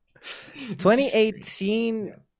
2018